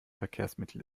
verkehrsmittel